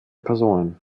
personen